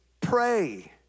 Pray